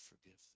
forgive